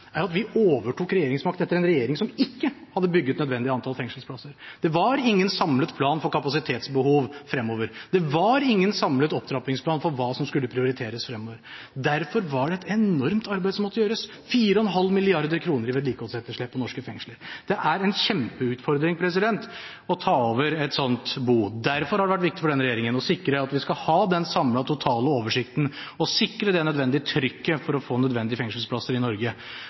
er at vi overtok regjeringsmakt etter en regjering som ikke hadde bygget det nødvendige antall fengselsplasser. Det var ingen samlet plan for kapasitetsbehov fremover. Det var ingen samlet opptrappingsplan for hva som skulle prioriteres fremover. Derfor var det et enormt arbeid som måtte gjøres – 4,5 mrd. kr i vedlikeholdsetterslep på norske fengsler. Det er en kjempeutfordring å ta over et slikt bo. Derfor har det vært viktig for denne regjeringen å sikre at vi skal ha den samlede totale oversikten og sikre det nødvendige trykket for å få nødvendige fengselsplasser i Norge.